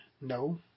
No